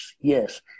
yes